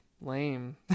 lame